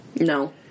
No